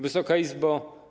Wysoka Izbo!